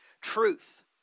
truth